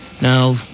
Now